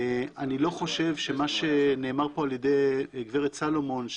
אני לא חושב שמה שנאמר פה על ידי גב' סלומון,